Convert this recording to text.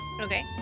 Okay